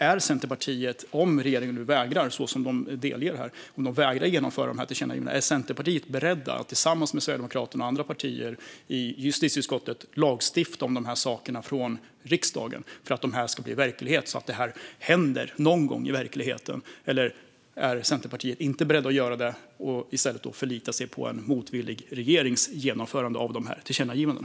Är Centerpartiet, om nu regeringen vägrar att genomföra dessa tillkännagivanden så som man säger här, beredda att tillsammans med Sverigedemokraterna och andra partier i justitieutskottet lagstifta om de här sakerna från riksdagen för att de ska bli verklighet, eller är Centerpartiet inte beredda att göra det? Vill ni i stället förlita er på en motvillig regerings genomförande av dessa tillkännagivanden?